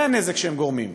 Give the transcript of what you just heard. זה הנזק שהם גורמים.